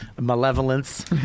malevolence